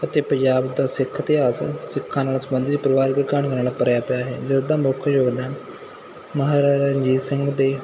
ਅਤੇ ਪੰਜਾਬ ਦਾ ਸਿੱਖ ਇਤਿਹਾਸ ਸਿੱਖਾਂ ਨਾਲ ਸੰਬੰਧਿਤ ਪਰਿਵਾਰਿਕ ਕਹਾਣੀਆਂ ਨਾਲ ਭਰਿਆ ਪਿਆ ਹੈ ਜਿਸ ਦਾ ਮੁੱਖ ਯੋਗਦਾਨ ਮਹਾਰਾਜਾ ਰਣਜੀਤ ਸਿੰਘ ਦੇ